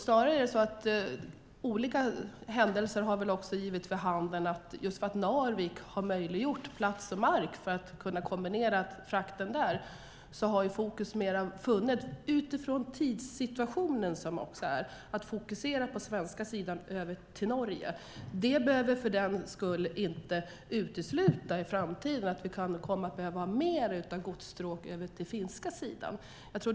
Snarare är det så att olika händelser har givit vid handen att just för att Narvik har plats och mark att kunna kombinera frakten har fokus utifrån rådande tidssituation på den svenska sidan mer legat på transporter över till Norge. Det behöver för den skull inte utesluta att vi i framtiden kan komma att behöva mer av godsstråk över till den finska sidan.